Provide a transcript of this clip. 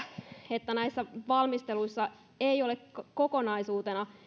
että näissä valmisteluissa ei ole kokonaisuutena